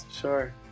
sure